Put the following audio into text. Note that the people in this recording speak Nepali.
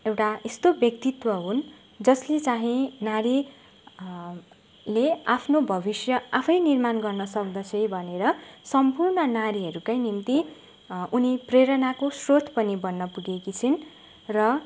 एउटा यस्तो व्यक्तित्व हुन् जसले चाहिँ नारी ले आफ्नो भविष्य आफै निर्माण गर्न सक्दछे भनेर सम्पूर्ण नारीहरूकै निम्ति उनी प्रेरणाको स्रोत पनि बन्न पुगेकी छिन् र